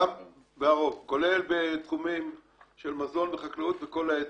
ברוב, כולל בתחומים של מזון וחקלאות וכל היתר.